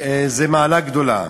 זה מעלה גדולה.